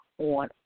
on